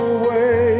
away